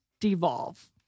devolve